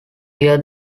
year